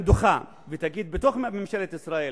בתוך ממשלת ישראל